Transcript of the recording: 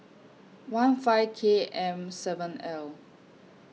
one five K M seven L